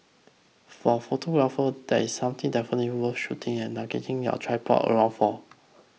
for photographer this is something definitely worth shooting and lugging your tripod around for